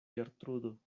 ĝertrudo